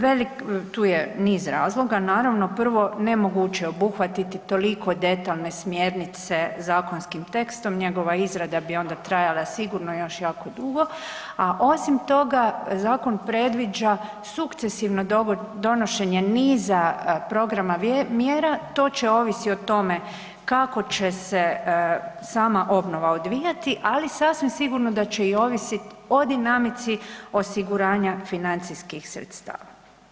Velik, tu je niz razloga, naravno prvo nemoguće je obuhvatiti toliko detaljne smjernice zakonskim tekstom, njegova izrada bi onda trajala sigurno još jako dugo, a osim toga zakon predviđa sukcesivno donošenje niza programa mjera, to će ovisiti o tome kako će se sama obnova odvijati, ali sasvim sigurno da će i ovisit o dinamici osiguranja financijskih sredstava.